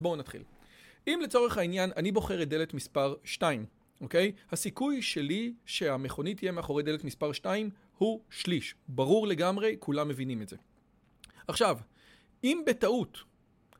בואו נתחיל. אם לצורך העניין אני בוחר את דלת מספר 2, אוקיי, הסיכוי שלי שהמכונית תהיה מאחורי דלת מספר 2 הוא שליש. ברור לגמרי, כולם מבינים את זה. עכשיו, אם בטעות